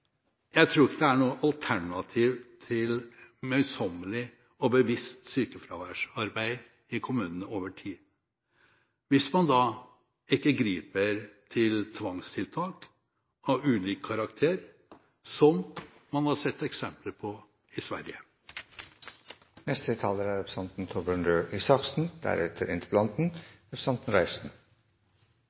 Jeg tror ikke det er noe alternativ til møysommelig og bevisst sykefraværsarbeid i kommunene over tid – hvis man da ikke griper til tvangstiltak av ulik karakter, som man har sett eksempler på i Sverige. Takk for en interessant og evig aktuell interpellasjonsdebatt. Dette er